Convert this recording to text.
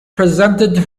presented